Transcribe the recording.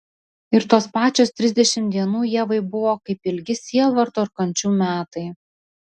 ir tos pačios trisdešimt dienų ievai buvo kaip ilgi sielvarto ir kančių metai